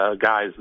guys